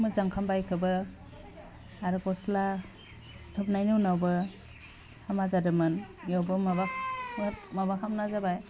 मोजां खालामबाय बिखौबो आरो गस्ला सुथाबनायनि उनावबो हामा जादोंमोन बियावबो माबा माबा खालामना जाबाय